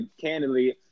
candidly